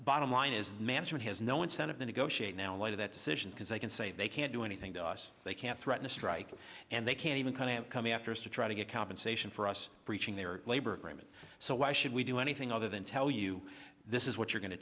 bottom line is management has no incentive to negotiate now in light of that decision because they can say they can't do anything they can't threaten a strike and they can't even come in and come after us to try to get compensation for us breaching their labor agreement so why should we do anything other than tell you this is what you're going to